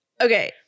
Okay